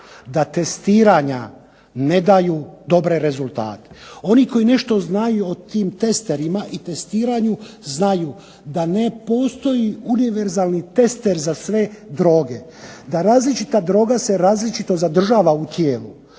da testiranja ne daju dobre rezultate. Oni koji nešto znaju o tim testerima i testiranju znaju da ne postoji univerzalni tester za sve droge. Da različita droga se različito zadržava u tijelu.